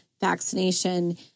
vaccination